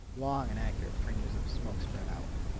long and accurate fringes of smoke spread out.